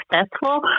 successful